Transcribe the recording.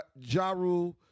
Jaru